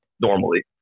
normally